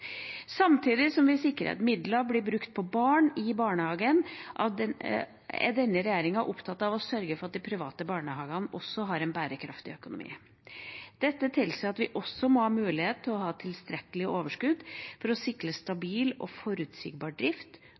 Samtidig som vi sikrer at midlene blir brukt på barna i barnehagen, er denne regjeringa opptatt av å sørge for at de private barnehagene også har en bærekraftig økonomi. Dette tilsier at vi også må ha mulighet til å ha tilstrekkelig overskudd for å sikre stabil og forutsigbar drift,